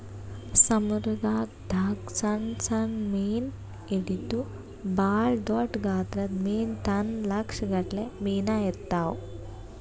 ಸಮುದ್ರದಾಗ್ ದಾಗ್ ಸಣ್ಣ್ ಸಣ್ಣ್ ಮೀನ್ ಹಿಡದು ಭಾಳ್ ದೊಡ್ಡ್ ಗಾತ್ರದ್ ಮೀನ್ ತನ ಲಕ್ಷ್ ಗಟ್ಲೆ ಮೀನಾ ಇರ್ತವ್